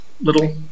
little